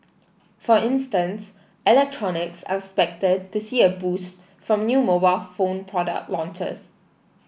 for instance electronics are expected to see a boost from new mobile phone product launches